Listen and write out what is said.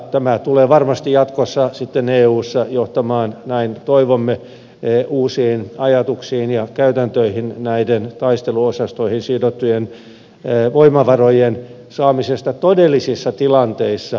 tämä tulee varmasti jatkossa eussa johtamaan näin toivomme uusiin ajatuksiin ja käytäntöihin näiden taisteluosastoihin sidottujen voimavarojen saamisesta todellisissa tilanteissa käyttöön